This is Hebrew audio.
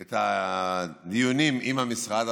הדיונים עם המשרד,